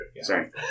Sorry